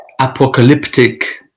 apocalyptic